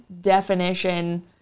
definition